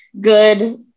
good